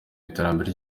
iterambere